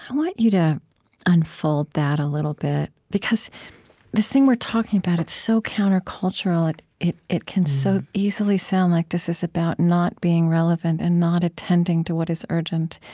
i want you to unfold that a little bit, because this thing we're talking about, it's so countercultural it it can so easily sound like this is about not being relevant and not attending to what is urgent.